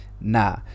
Nah